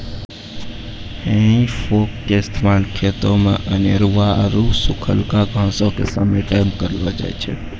हेइ फोक के इस्तेमाल खेतो मे अनेरुआ आरु सुखलका घासो के समेटै मे करलो जाय छै